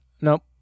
Nope